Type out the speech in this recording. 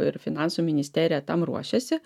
ir finansų ministerija tam ruošiasi